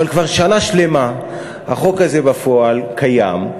אבל כבר שנה שלמה החוק הזה בפועל קיים,